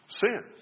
sin